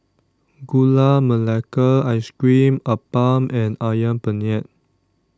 Gula Melaka Ice Cream Appam and Ayam Penyet